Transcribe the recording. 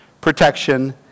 Protection